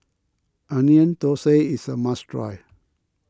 Onion Thosai is a must try